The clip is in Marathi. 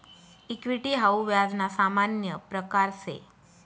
इक्विटी हाऊ व्याज ना सामान्य प्रकारसे